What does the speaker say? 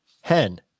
hen